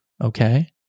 Okay